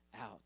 out